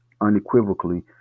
unequivocally